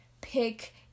pick